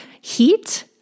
heat